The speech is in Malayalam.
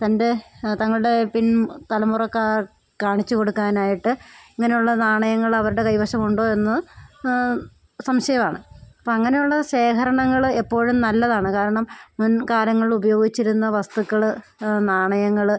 തൻ്റെ തങ്ങളുടെ പിൻ തലമുറക്കാര് കാണിച്ചു കൊടുക്കാനായിട്ട് ഇങ്ങനെയുള്ള നാണയങ്ങളവരുടെ കൈവശം ഉണ്ടോ എന്ന് സംശയമാണ് അപ്പം അങ്ങനെയുള്ള ശേഖരണങ്ങൾ എപ്പോഴും നല്ലതാണ് കാരണം മുൻകാലങ്ങളുപയോഗിച്ചിരുന്ന വസ്തുക്കൾ നാണയങ്ങൾ